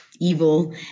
evil